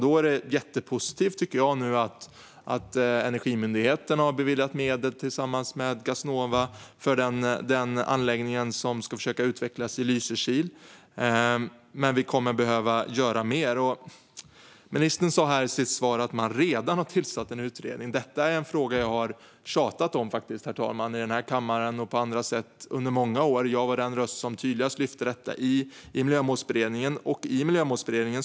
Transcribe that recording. Det är jättepositivt att Energimyndigheten tillsammans med Gassnova nu har beviljat medel för den anläggning som man ska försöka utveckla i Lysekil, men vi kommer att behöva göra mer. Ministern sa i sitt svar att man redan har tillsatt en utredning. Detta är en fråga som jag har tjatat om i denna kammare och på andra sätt under många år. Jag var den röst som tydligast lyfte fram detta i Miljömålsberedningen.